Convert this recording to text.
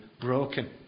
Broken